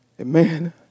Amen